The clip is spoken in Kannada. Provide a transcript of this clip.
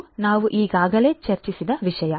ಇದು ನಾವು ಈಗಾಗಲೇ ಚರ್ಚಿಸಿದ ವಿಷಯ